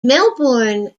melbourne